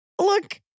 Look